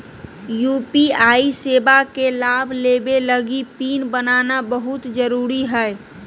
UPI सेवा के लाभ लेबे लगी पिन बनाना बहुत जरुरी हइ